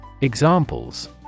Examples